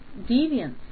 deviance